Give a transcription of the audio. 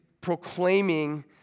proclaiming